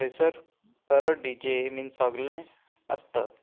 थंयसर बरो डीजे मिन सोगलें आसता